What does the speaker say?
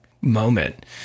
moment